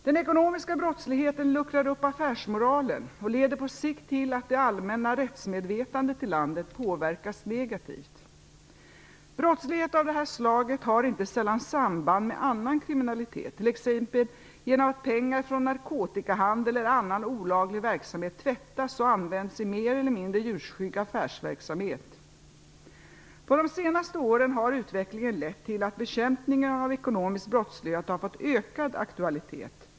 Den ekonomiska brottsligheten luckrar upp affärsmoralen och leder på sikt till att det allmänna rättsmedvetandet i landet påverkas negativt. Brottslighet av detta slag har inte sällan samband med annan kriminalitet, t.ex. genom att pengar från narkotikahandel eller annan olaglig verksamhet tvättas och används i mer eller mindre ljusskygg affärsverksamhet. Under de senaste åren har utvecklingen lett till att bekämpningen av ekonomisk brottslighet har fått ökad aktualitet.